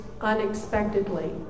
unexpectedly